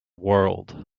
world